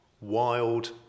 wild